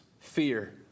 fear